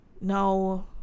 no